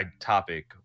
topic